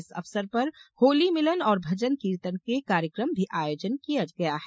इस अवसर पर होली मिलन और भजन कीर्तन के कार्यक्रम का भी आयोजन किया गया है